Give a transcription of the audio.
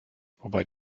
wobei